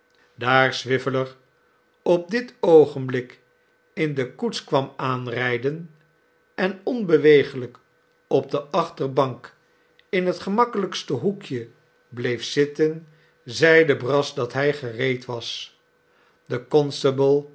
daar swiveller op dit oogenblik in de koets kwam aanrijden en onbewegelijk op de achterbank in het gemakkelijkste hoekje bleef zitten zeide brass dat hij gereed was de